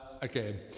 Again